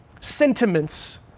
sentiments